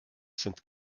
sind